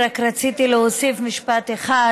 רק רציתי להוסיף משפט אחד,